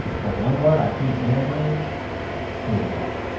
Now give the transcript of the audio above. but one word i keep hearing is suicide.